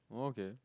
oh okay